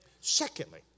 Secondly